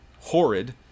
horrid